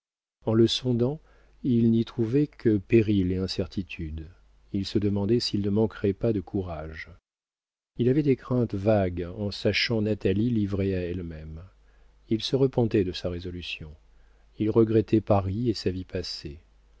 en le sondant il n'y trouvait que périls et incertitudes il se demandait s'il ne manquerait pas de courage il avait des craintes vagues en sachant natalie livrée à elle-même il se repentait de sa résolution il regrettait paris et sa vie passée